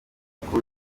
uko